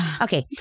okay